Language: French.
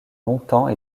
longtemps